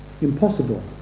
Impossible